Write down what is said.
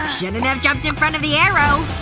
shouldn't have jumped in front of the arrow